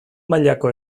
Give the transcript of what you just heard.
mailako